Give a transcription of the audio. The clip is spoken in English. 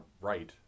right